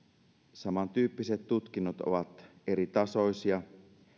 samantyyppiset tutkinnot ovat eritasoisia